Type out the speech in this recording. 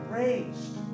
raised